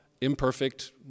imperfect